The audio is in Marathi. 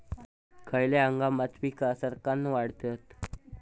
खयल्या हंगामात पीका सरक्कान वाढतत?